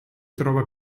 trova